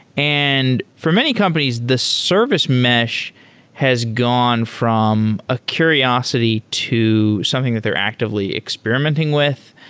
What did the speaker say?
and for many companies, the service mesh has gone from a curiosity to something that they're actively experimenting with.